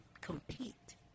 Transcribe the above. compete